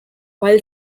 while